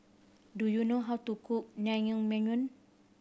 do you know how to cook Naengmyeon